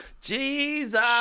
Jesus